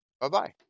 Bye-bye